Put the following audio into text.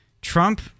Trump